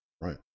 right